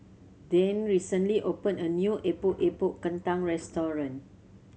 Deane recently opened a new Epok Epok Kentang restaurant